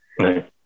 Right